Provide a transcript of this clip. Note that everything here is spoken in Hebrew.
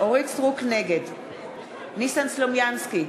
נגד ניסן סלומינסקי,